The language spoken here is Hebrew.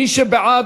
מי שבעד,